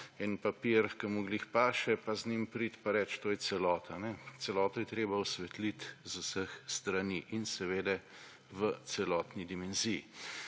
en papir, ki mu ravno paše, pa z njim priti, pa reči, to je celota. Celoto je treba osvetliti z vseh strani in, seveda, v celotni dimenziji.